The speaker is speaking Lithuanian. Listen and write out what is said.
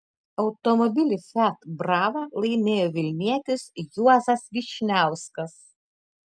automobilį fiat brava laimėjo vilnietis juozas vyšniauskas